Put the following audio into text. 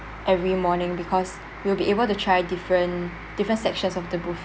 every morning because we'll be able to try different different sections of the buf~